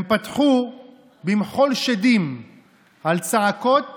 הם פתחו במחול שדים על צעקות